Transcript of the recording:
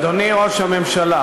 אדוני ראש הממשלה,